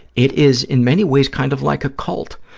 it is, in many ways, kind of like a cult,